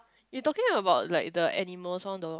you talking about like the animals one of the